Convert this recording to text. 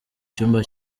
cyumba